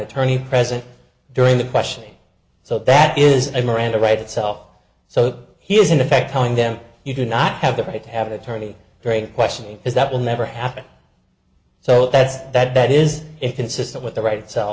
attorney present during the questioning so that is a miranda right itself so he is in effect telling them you do not have the right to have an attorney craig questioning is that will never happen so that's that is it consistent with the right